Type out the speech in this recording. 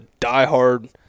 diehard